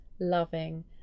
loving